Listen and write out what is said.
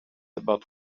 about